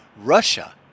russia